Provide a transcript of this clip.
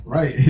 Right